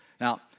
Now